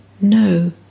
No